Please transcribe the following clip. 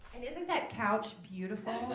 and isn't that couch beautiful